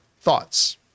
thoughts